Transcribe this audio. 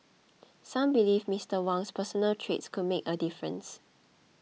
some believe Mister Wang's personal traits could make a difference